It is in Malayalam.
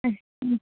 ഉം ഉം